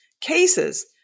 cases